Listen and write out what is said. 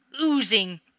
oozing